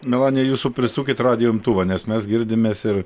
melanija jūsų prisukit radijo imtuvą nes mes girdimės ir